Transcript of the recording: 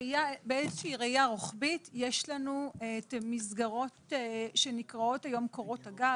באיזושהי ראיה רוחבית יש לנו מסגרות שנקראות היום "קורות הגג".